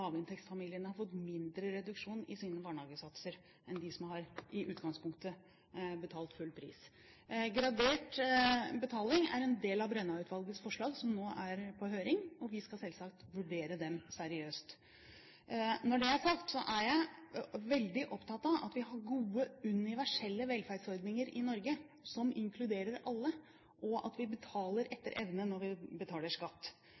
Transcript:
lavinntektsfamiliene har fått mindre reduksjon i sine barnehagesatser enn dem som i utgangspunktet har betalt full pris. Gradert betaling er en del av Brenna-utvalgets forslag, som nå er på høring, og vi skal selvsagt vurdere dem seriøst. Når det er sagt, er jeg veldig opptatt av at vi har gode universelle velferdsordninger i Norge som inkluderer alle, og at vi betaler etter evne når vi betaler skatt.